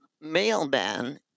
mailman